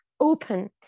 open